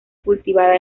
cultivada